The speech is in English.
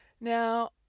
Now